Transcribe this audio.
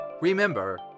remember